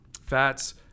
fats